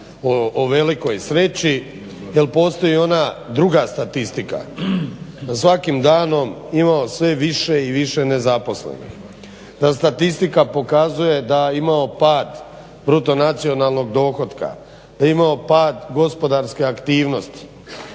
o velikoj sreći jer postoji ona druga statistika, da svakim danom imamo sve više i više nezaposlenih, da statistika pokazuje da imamo pad BDP-a, da imamo pad gospodarske aktivnosti